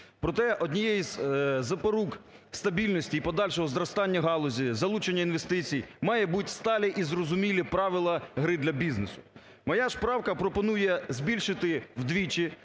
Проте однією із запорук стабільності і подальшого зростання галузі, залучення інвестицій має бути сталі і зрозуміли правила гри для бізнесу. Моя ж правка пропонує збільшити вдвічі,